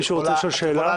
מישהו רוצה לשאול שאלה?